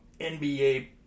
NBA